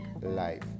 life